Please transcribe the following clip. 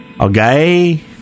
Okay